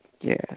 Yes